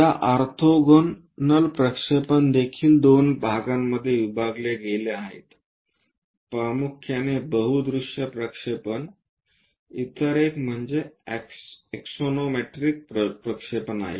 या ऑर्थोगोनल प्रक्षेपण देखील दोन भागांमध्ये विभागले गेले आहेत प्रामुख्याने बहु दृश्य प्रक्षेपण इतर एक म्हणजे एक्सॉनोमेट्रिक प्रक्षेपण आहे